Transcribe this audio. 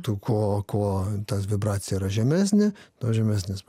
tu kuo kuo tas vibracija yra žemesnė tuo žemesnis